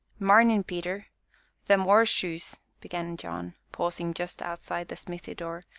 marnin', peter them orseshoes, began john, pausing just outside the smithy door,